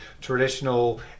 traditional